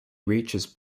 reaches